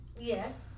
Yes